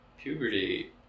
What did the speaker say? puberty